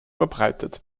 verbreitet